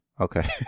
Okay